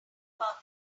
about